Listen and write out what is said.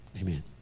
Amen